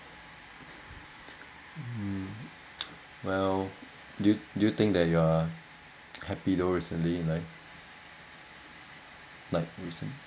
mm well do you do you think that you are happy though recently like like recent